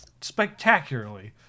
spectacularly